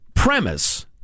premise